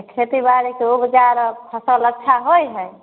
खेतीबाड़ी के उपजा अर फसल अच्छा होइ हय